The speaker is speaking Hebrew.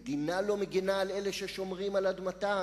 המדינה לא מגינה על אלה ששומרים על אדמתה,